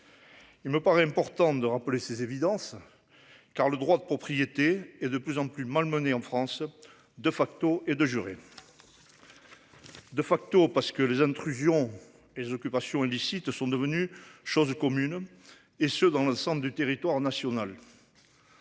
Il me paraît important de rappeler ces évidences. Car le droit de propriété et de plus en plus malmenés en France de facto et de jurer. De facto, parce que les intrusions et occupations illicites sont devenus chose commune. Et ce, dans l'ensemble du territoire national.